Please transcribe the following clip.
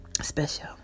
special